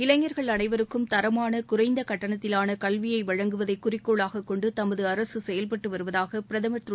இளைஞர்கள் அனைவருக்கும் தரமான குறைந்த கட்டணத்திலான கல்வியை வழங்குவதை குறிக்கோளாக கொண்டு தமது அரசு செயல்பட்டு வருவதாக பிரதமர் திரு